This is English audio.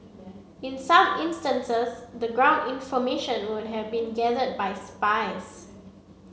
in some instances the ground information would have been gathered by spies